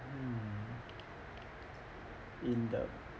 in the